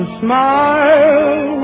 smile